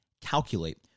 Calculate